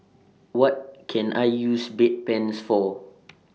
What Can I use Bedpans For